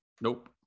Nope